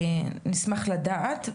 נשמח לדעת.